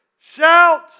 Shout